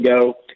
go